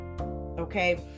okay